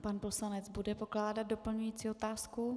Pan poslanec bude pokládat doplňující otázku.